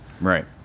right